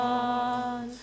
on